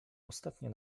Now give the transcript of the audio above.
ostatnie